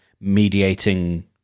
mediating